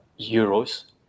euros